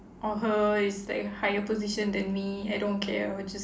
or her is like higher position than me I don't care I will just